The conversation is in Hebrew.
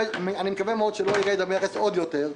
אני מקווה מאוד שלא ירד המכס עוד יותר.